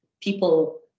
people